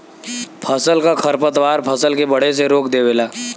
फसल क खरपतवार फसल के बढ़े से रोक देवेला